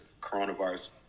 coronavirus